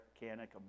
mechanic